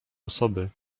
osoby